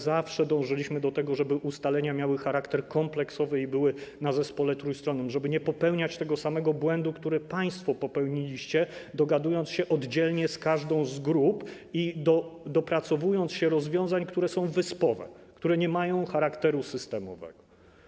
Zawsze dążyliśmy do tego, żeby ustalenia miały charakter kompleksowy i były w zespole trójstronnym, żeby nie popełniać tego samego błędu, który państwo popełniliście, dogadując się oddzielnie z każdą z grup i dopracowując się rozwiązań, które są wyspowe, które nie mają charakteru systemowego.